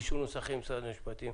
אישור נוסחים של משרד המשפטים?